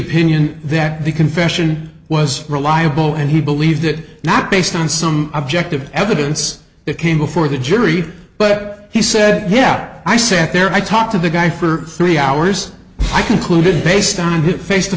opinion that the confession was reliable and he believed it not based on some objective evidence that came before the jury but he said yeah i sat there i talked to the guy for three hours i concluded based on his face to